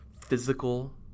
physical